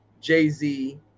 jay-z